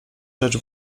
rzecz